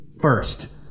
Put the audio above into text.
first